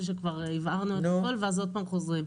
שכבר הבהרנו את הכול ואז עוד פעם חוזרים.